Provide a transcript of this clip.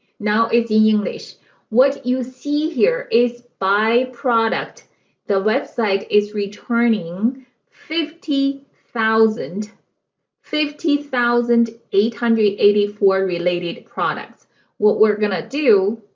now it's english what you see here is by product the website is returning fifty thousand fifty thousand eight hundred eighty four related products what we're gonna do